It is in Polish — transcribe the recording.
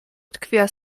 utkwiła